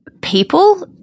people